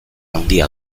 handia